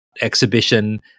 exhibition